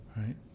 right